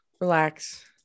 relax